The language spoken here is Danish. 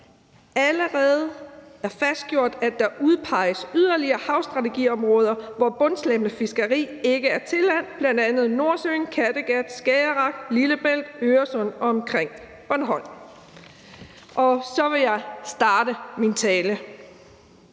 allerede er fastsat, at der udpeges yderligere havstrategiområder, hvor bundslæbende fiskeri ikke er tilladt, bl.a. Nordsøen, Kattegat, Skagerrak, Lillebælt, Øresund og omkring Bornholm. Og så vil jeg starte min tale: